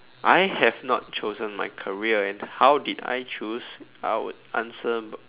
I have not chosen my career and how did I choose I would answer